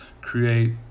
create